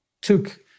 took